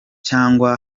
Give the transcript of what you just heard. cyangwa